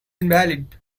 invalid